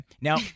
Now